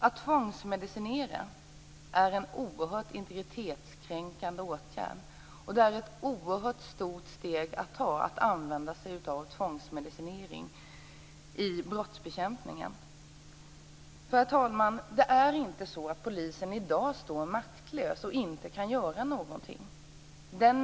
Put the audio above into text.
Att tvångsmedicinera är en oerhört integritetskränkande åtgärd. Det är ett oerhört stort steg man tar om man använder sig av tvångsmedicinering i brottsbekämpningen. Herr talman! Det är nämligen inte så att polisen i dag står maktlös och inte kan göra någonting.